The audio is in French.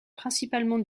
principalement